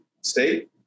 state